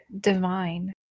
divine